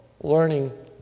learning